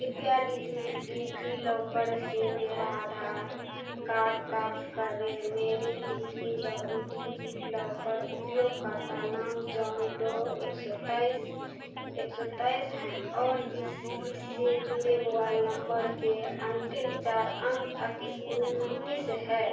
कृपया digi DigiLocker से मेरा आधार कार्ड प्राप्त करें मेरे डिज़ि डिज़िलॉकर उपयोगकर्ता नाम जॉन डो एक सौ तेइस एक सौ तेइस है और जिससे इससे जुड़े मोबाइल नम्बर के अन्तिम चार अंक इक्कीस उनतीस है